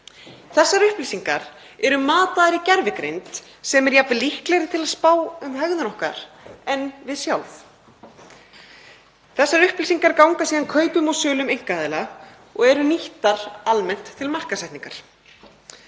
Þessar upplýsingar eru mataðar í gervigreind sem er jafnvel líklegri til að spá fyrir um hegðun okkar en við sjálf. Þessar upplýsingar ganga síðan kaupum og sölum hjá einkaaðilum og eru nýttar almennt til markaðssetningar.